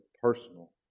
personal